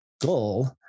goal